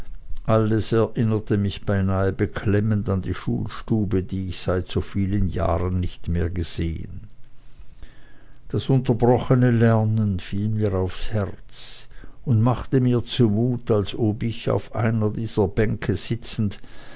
alles erinnerte mich beinahe beklemmend an die schulstube die ich seit so vielen jahren schon nicht mehr gesehen das unterbrochene lernen fiel mir aufs herz und machte mir zu mut als ob ich auf einer dieser bänke sitzend